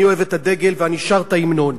אני אוהב את הדגל ואני שר את ההמנון.